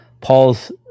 Paul's